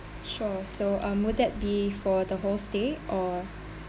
sure so um would that be for the whole stay or